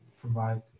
provide